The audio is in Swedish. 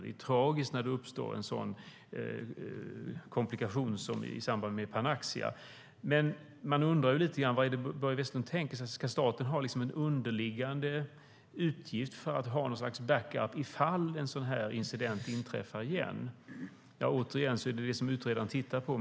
Det är tragiskt när det uppstår en sådan komplikation som den i samband med Panaxia. Men jag undrar lite grann vad som är tänkt. Ska staten ha en underliggande utgift för att ha något slags back up ifall en sådan incident inträffar igen? Återigen är det detta som utredaren tittar på.